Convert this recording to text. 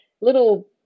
little